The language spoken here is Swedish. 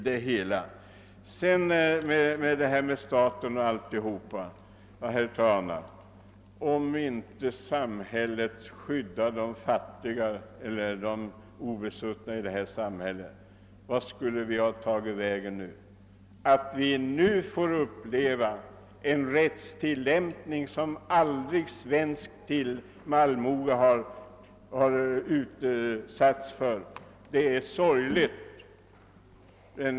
Vart skulle vi, herr talman, ha tagit vägen om inte samhället hade skyddat de fattiga och obesuttna? Att vi nu får uppleva en rättstillämpning som svensk allmoge aldrig tidigare har utsatts för är sorgligt.